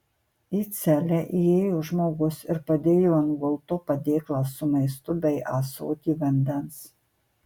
į celę įėjo žmogus ir padėjo ant gulto padėklą su maistu bei ąsotį vandens